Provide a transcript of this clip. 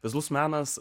vizualus menas